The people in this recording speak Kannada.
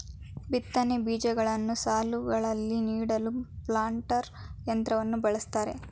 ಬಿತ್ತನೆ ಬೀಜಗಳನ್ನು ಸಾಲುಗಳಲ್ಲಿ ನೀಡಲು ಪ್ಲಾಂಟರ್ ಯಂತ್ರವನ್ನು ಬಳ್ಸತ್ತರೆ